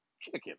chicken